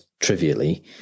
trivially